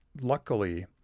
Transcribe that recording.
luckily